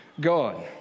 God